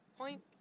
point